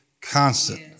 constant